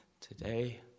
today